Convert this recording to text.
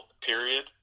period